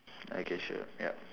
okay sure ya